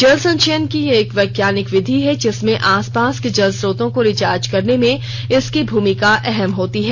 जल संचयन की यह एक वैज्ञानिक विधि है जिसमें आसपास के जल स्रोतों को रिचार्ज करने में इसकी भूमिका अहम होती है